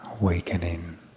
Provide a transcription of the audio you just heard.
Awakening